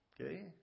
Okay